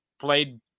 played